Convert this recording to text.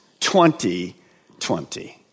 2020